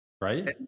right